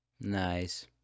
Nice